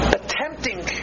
attempting